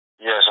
Yes